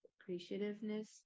appreciativeness